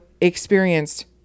experienced